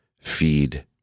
feed